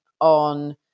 on